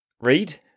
read